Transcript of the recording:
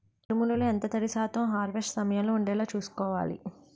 మినుములు లో ఎంత తడి శాతం హార్వెస్ట్ సమయంలో వుండేలా చుస్కోవాలి?